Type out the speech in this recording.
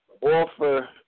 offer